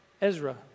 Ezra